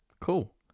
Cool